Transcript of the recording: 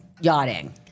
yachting